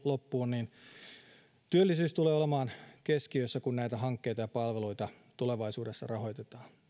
loppuun työllisyys tulee olemaan keskiössä kun näitä hankkeita ja palveluita tulevaisuudessa rahoitetaan